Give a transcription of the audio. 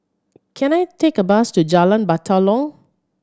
can I take a bus to Jalan Batalong